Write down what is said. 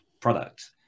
product